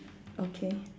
okay